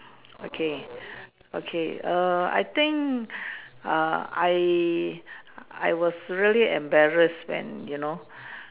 okay okay err I think err I I was really embarrassed when you know